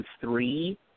three